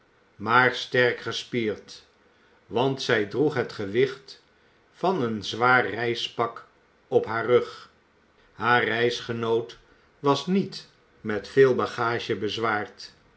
maar sterk gespierd want zij droeg het gewicht van een zwaar reispak op haar rug haar reisgenoot was met niet veel bagage bezwaard